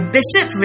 Bishop